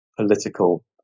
political